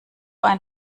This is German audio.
ein